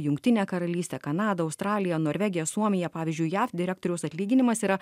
jungtinę karalystę kanadą australiją norvegiją suomiją pavyzdžiui jav direktoriaus atlyginimas yra